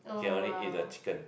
can only eat the chicken